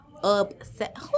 Upset